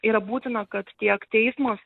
yra būtina kad tiek teismas